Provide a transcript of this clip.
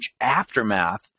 aftermath